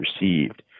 received